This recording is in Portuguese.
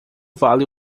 vale